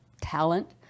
talent